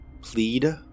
plead